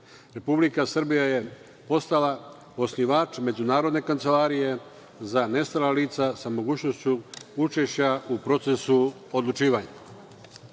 Republika Srbija je postala osnivač Međunarodne kancelarije za nestala lica, sa mogućnošću učešća u procesu odlučivanja. Članstvom